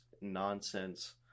nonsense